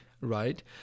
right